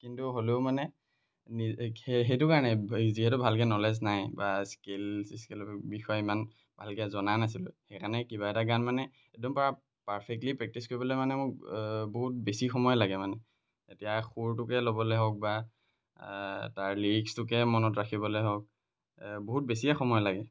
কিন্তু হ'লেও মানে সেইটো কাৰণে যিহেতু ভালকৈ ন'লেজ নাই বা স্কিল স্কিলৰ বিষয়ে ইমান ভালকৈ জনা নাছিলোঁ সেইকাৰণে কিবা এটা গান মানে একদম পূৰা পাৰ্ফেক্টলি প্ৰেক্টিছ কৰিবলৈ মানে মোক বহুত বেছি সময় লাগে মানে এতিয়া সুৰটোকে ল'বলৈ হওক বা তাৰ লিৰিক্সটোকে মনত ৰাখিবলৈ হওক বহুত বেছিয়ে সময় লাগে